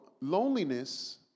Loneliness